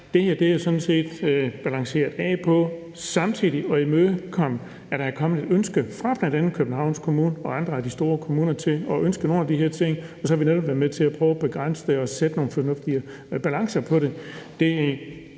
det her er jo balanceret, så man samtidig kan imødekomme, at der er kommet et ønske fra bl.a. Københavns Kommune og andre af de store kommuner om nogle af de her ting, og så vil vi netop være med til at prøve at begrænse det og sætte nogle fornuftige balancer for det.